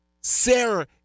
Sarah